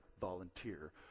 volunteer